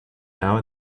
now